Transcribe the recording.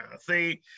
See